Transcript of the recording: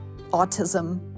autism